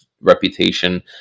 reputation